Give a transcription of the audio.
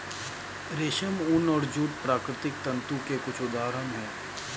रेशम, ऊन और जूट प्राकृतिक तंतु के कुछ उदहारण हैं